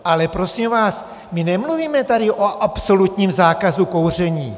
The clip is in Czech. Ale prosím vás, my nemluvíme tady o absolutním zákazu kouření!